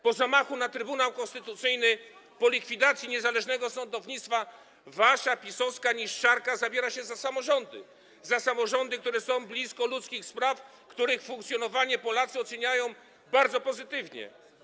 Po zamachu na Trybunał Konstytucyjny, po likwidacji niezależnego sądownictwa wasza PiS-owska niszczarka zabiera się za samorządy, za samorządy, które są blisko ludzkich spraw, których funkcjonowanie Polacy oceniają bardzo pozytywnie.